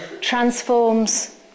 transforms